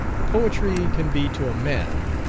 poetry can be to a man,